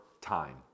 time